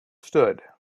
stood